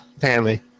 family